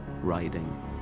Riding